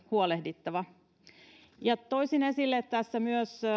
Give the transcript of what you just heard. huolehdittava toisin esille tässä myös